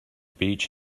beach